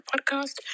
podcast